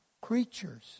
creatures